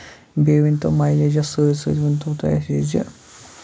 بیٚیہِ ؤنۍتو میلیجَس سۭتۍ سۭتۍ ؤنۍتو تُہۍ یہِ زِ